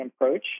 approach